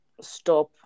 stop